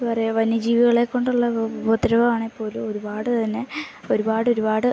എന്താണ് പറയുക വന്യജീവികളെ കൊണ്ടുള്ള ഉപദ്രവമാണെങ്കിൽ പോലും ഒരുപാട് തന്നെ ഒരുപാട് ഒരുപാട്